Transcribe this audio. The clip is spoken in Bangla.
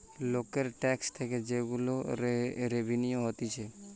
লোকের ট্যাক্স থেকে যে গুলা রেভিনিউ হতিছে